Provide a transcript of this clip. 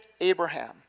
Abraham